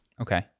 Okay